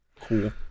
Cool